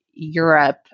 europe